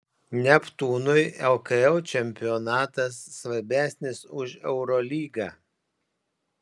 neptūnui lkl čempionatas svarbesnis už eurolygą